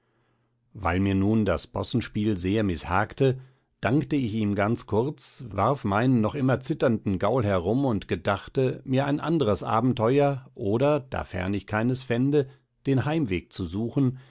weil mir nun das possenspiel sehr mißhagte dankte ich ihm ganz kurz warf meinen noch immer zitternden gaul herum und gedachte mir ein andres abenteuer oder dafern ich keines fände den heimweg zu suchen